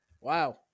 wow